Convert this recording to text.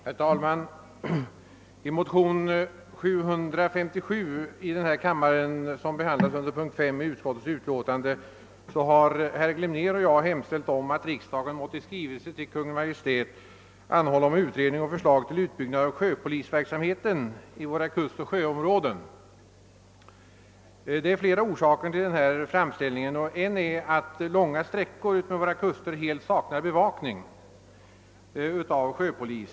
Herr talman! I motion II: 757 som behandlas under punkt 5 i utskottets utlåtande har herr Glimnér och jag hemställt att riksdagen måtte i skrivelse till Kungl. Maj:t anhålla om utredning och förslag till utbyggnad av sjöpolisverksamheten i våra kustoch sjöområden. : Det finns flera orsaker till denna framställning, bland annat det förhållandet att långa sträckor utmed våra kuster helt saknar bevakning av sjöpolis.